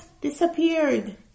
disappeared